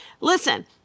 listen